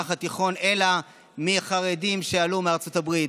למזרח התיכון אלא מחרדים שעלו מארצות הברית.